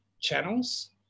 channels